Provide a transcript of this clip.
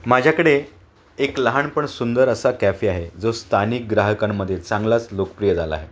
माझ्याकडे एक लहान पण सुंदर असा कॅफे आहे जो स्थानिक ग्राहकांमध्ये चांगलाच लोकप्रिय झाला आहे